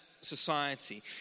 society